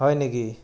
হয় নেকি